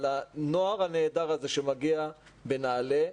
לנוער הנהדר הזה שמגיע בנעל"ה,